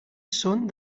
són